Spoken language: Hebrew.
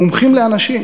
מומחים לאנשים?